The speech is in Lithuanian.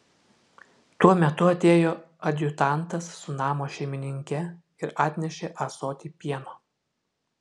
tuo metu atėjo adjutantas su namo šeimininke ir atnešė ąsotį pieno